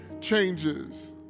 changes